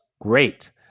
Great